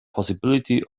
possibility